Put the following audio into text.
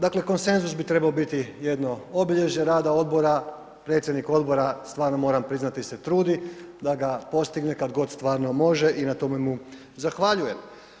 Dakle, konsenzus bi trebao biti jedno obilježje rada odbora, predsjednik odbora, stvarno moram priznati, se trudi da ga postigne kad god stvarno može i na tome mu zahvaljujem.